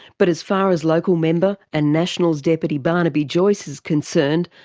but as far as local member and nationals' deputy barnaby joyce is concerned,